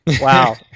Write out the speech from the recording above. Wow